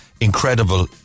incredible